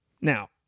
Now